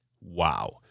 Wow